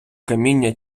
каміння